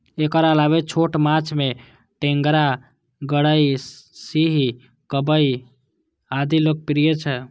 एकर अलावे छोट माछ मे टेंगरा, गड़ई, सिंही, कबई आदि लोकप्रिय छै